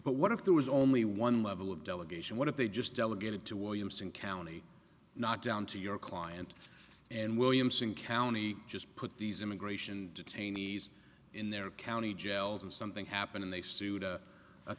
but what if there was only one level of delegation what they just delegated to williamson county not down to your client and williamson county just put these immigration detainees in their county jails and something happened they sued